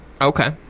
Okay